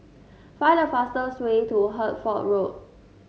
find the fastest way to Hertford Road